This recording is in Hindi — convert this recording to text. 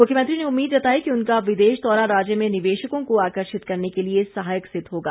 मुख्यमंत्री ने उम्मीद जताई कि उनका विदेश दौरा राज्य में निवेशकों को आकर्षित करने के लिए सहायक सिद्व होगा